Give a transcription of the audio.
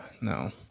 No